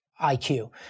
IQ